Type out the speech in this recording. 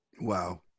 Wow